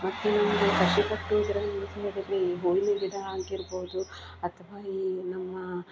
ಮತ್ತು ಈಗ ಕಸಿ ಕಟ್ಟುವುದರಲ್ಲಿ ಈ ಹೂವಿನ ಗಿಡ ಆಗಿರ್ಬೋದು ಅಥವಾ ಈ ನಮ್ಮ